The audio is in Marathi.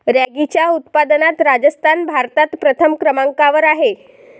रॅगीच्या उत्पादनात राजस्थान भारतात प्रथम क्रमांकावर आहे